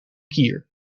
kier